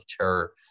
terror